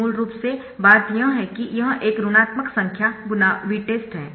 मूल रूप से बात यह है कि यह एक ऋणात्मक संख्या × Vtest है